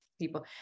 people